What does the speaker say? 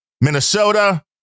Minnesota